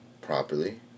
properly